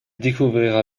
découvrira